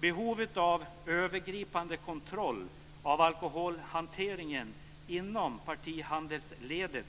Behovet av övergripande kontroll av alkoholhanteringen inom partihandelsledet